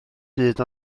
byd